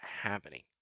happening